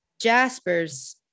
Jaspers